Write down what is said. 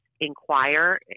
inquire